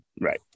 Right